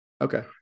Okay